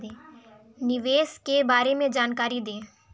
निवेश के बारे में जानकारी दें?